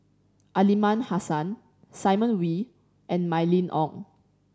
Aliman Hassan Simon Wee and Mylene Ong